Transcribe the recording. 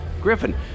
Griffin